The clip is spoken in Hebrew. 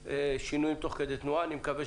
יתקיימו.